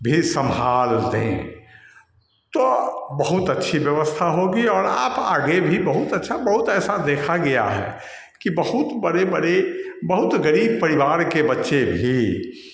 भी संभाल दें तो बहुत अच्छी व्यवस्था होगी और आप आगे भी बहुत अच्छा बहुत ऐसा देखा गया है की बहुत बड़े बड़े बहुत गरीब परिवार के बच्चे भी